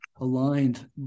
aligned